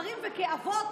כגברים וכאבות,